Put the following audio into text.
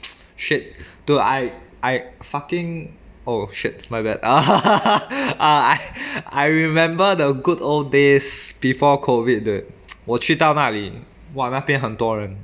shit dude I I fucking oh shit my bad I I remember the good old days before COVID dude 我去到那里 !wah! 那边很多人